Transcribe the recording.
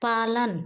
पालन